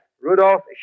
Rudolph